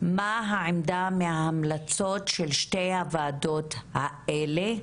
מה העמדה מההמלצות של שתי הוועדות האלה?